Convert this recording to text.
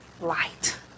light